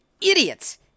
idiots